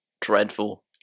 dreadful